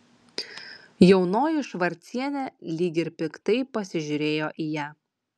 jaunoji švarcienė lyg ir piktai pasižiūrėjo į ją